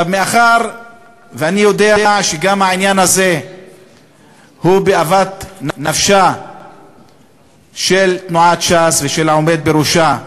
מאחר שאני יודע שהעניין הזה הוא גם בנפשם של תנועת ש"ס ושל העומד בראשה,